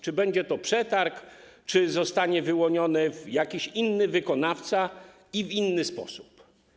Czy będzie to przetarg, czy zostanie wyłoniony jakiś inny wykonawca i w inny sposób?